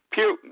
putin